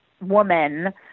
woman